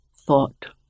thought